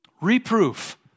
Reproof